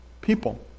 people